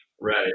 right